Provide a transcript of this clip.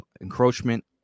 encroachment